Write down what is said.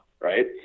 Right